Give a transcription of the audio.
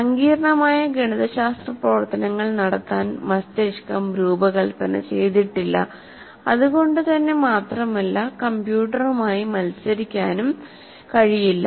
സങ്കീർണ്ണമായ ഗണിതശാസ്ത്ര പ്രവർത്തനങ്ങൾ നടത്താൻ മസ്തിഷ്കം രൂപകൽപ്പന ചെയ്തിട്ടില്ല അതുകൊണ്ട് തന്നെ മാത്രമല്ല കമ്പ്യൂട്ടറുമായി മത്സരിക്കാനും കഴിയില്ല